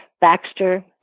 Baxter